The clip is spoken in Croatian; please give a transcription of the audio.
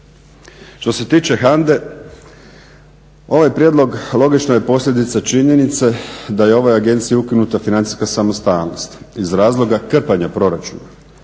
Što se tiče HANDE ovaj prijedlog logično je posljedica činjenice da je ova Agencija ukinuta financijska samostalnost iz razloga krpanja proračuna